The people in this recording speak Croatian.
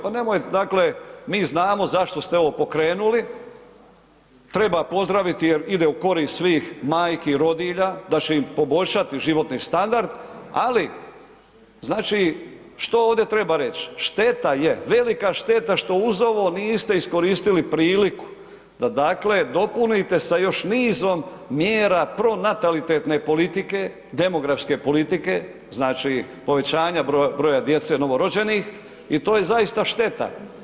Dakle mi znamo zašto ste ovo pokrenuli, treba pozdraviti jer ide u korist svih majki rodilja da će im poboljšati životni standard, ali znači što ovdje treba reć, šteta je velika, velika šteta što uz ovo niste iskoristili priliku da dopunite sa još nizom mjera pronatalitetne politike, demografske politike, znači povećanja broja djece novorođenih i to je zaista šteta.